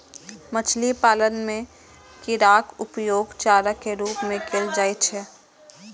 मछली पालन मे कीड़ाक उपयोग चारा के रूप मे कैल जाइ छै